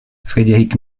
frédéric